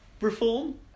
reform